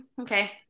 okay